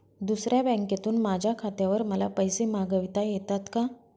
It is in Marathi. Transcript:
दुसऱ्या बँकेतून माझ्या खात्यावर मला पैसे मागविता येतात का?